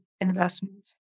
investments